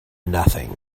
nothing